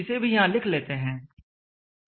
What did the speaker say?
इसे भी यहां लिख लेते हैं